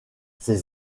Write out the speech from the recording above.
ses